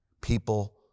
People